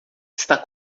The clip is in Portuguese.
está